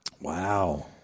wow